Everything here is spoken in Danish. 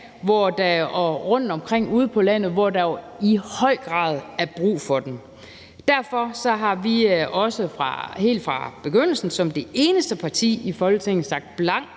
rundtomkring ude på landet, hvor der jo i høj grad er brug for dem. Derfor har vi også helt fra begyndelsen som det eneste parti i Folketinget sagt blankt